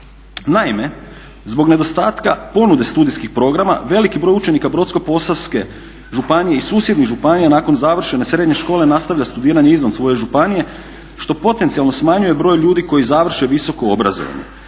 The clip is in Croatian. Naime, zbog nedostatka ponude studijskih programa veliki broj učenika Brodsko-posavske županije i susjednih županija nakon završene srednje škole nastavlja studiranje izvan svoje županije što potencijalno smanjuje broj ljudi koji završe visoko obrazovanje,